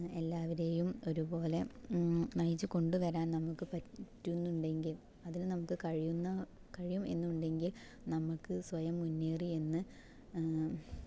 എല്ലാവരേയും ഒരുപോലെ നയിച്ച് കൊണ്ടുവരാൻ നമുക്ക് പറ്റുന്നുണ്ടെങ്കിൽ അതിനു നമുക്ക് കഴിയുന്ന കഴിയും എന്നുണ്ടെങ്കിൽ നമുക്ക് സ്വയം മുന്നേറിയെന്ന്